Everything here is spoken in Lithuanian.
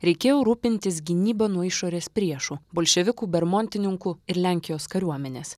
reikėjo rūpintis gynyba nuo išorės priešų bolševikų bermontininkų ir lenkijos kariuomenės